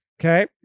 Okay